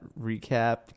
recap